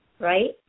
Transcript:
right